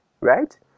right